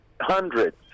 hundreds